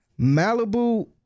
Malibu